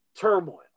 Turmoil